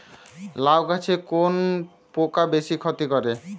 লাউ গাছে কোন পোকা বেশি ক্ষতি করে?